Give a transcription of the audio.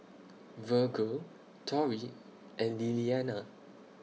Virgel Torrie and Lillianna